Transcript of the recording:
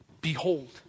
Behold